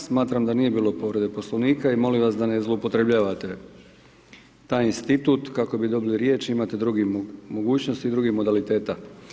Smatram da nije bilo povrede Poslovnika, i molim vas da ne zloupotrebljavate taj institut kako bi dobili riječ, imate drugih mogućnosti, i drugih modaliteta.